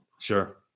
Sure